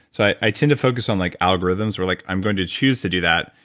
so i tend to focus on like algorithms, where like i'm going to chose to do that,